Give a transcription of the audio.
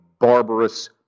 barbarous